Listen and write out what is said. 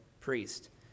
priest